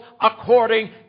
according